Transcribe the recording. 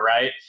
right